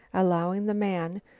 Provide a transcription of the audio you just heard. allowing the man,